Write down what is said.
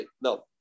No